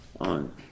on